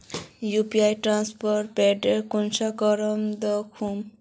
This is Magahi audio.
यु.पी.आई ट्रांसफर अपडेट कुंसम करे दखुम?